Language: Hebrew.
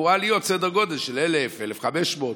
סדר גודל של 1,000 1,500 שקל.